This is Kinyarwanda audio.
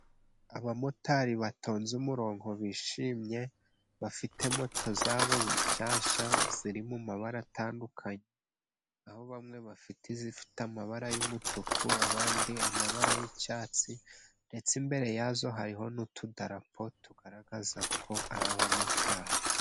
Abamotari batonze umurongo bishimye, bafite moto zabo nshyashya ziri mu mabara atandukanye, aho bamwe bafite izifite amabara y'umutuku, abandi amabara y'icyatsi, ndetse imbere yazo hariho n'utudarapo, tugaragaza ko ari abamotari.